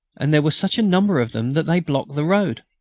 and there were such a number of them that they blocked the road.